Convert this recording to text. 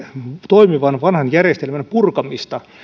toimivan vanhan järjestelmän purkamista